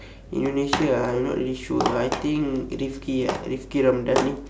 indonesia ah I'm not really sure but I think rifqi ah rifqi ramdani